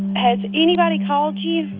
has anybody called you?